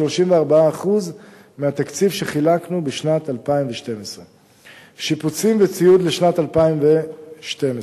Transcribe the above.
34% מהתקציב שחילקנו בשנת 2012. שיפוצים וציוד לשנת 2012,